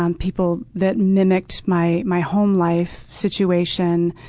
um people that mimicked my my home life situation.